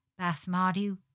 Basmati